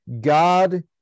God